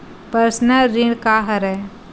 Personal ऋण का हरय?